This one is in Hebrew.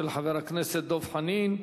של חבר הכנסת דב חנין.